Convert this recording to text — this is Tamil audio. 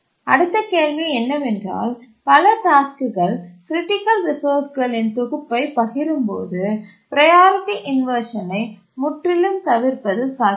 அடுத்த கேள்வி என்னவென்றால் பல டாஸ்க்குகள் க்ரிட்டிக்கல் ரிசோர்ஸ்களின் தொகுப்பைப் பகிரும்போது ப்ரையாரிட்டி இன்வர்ஷனை முற்றிலும் தவிர்ப்பது சாத்தியமா